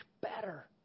better